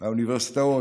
מהאוניברסיטאות,